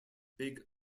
big